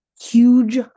huge